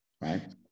right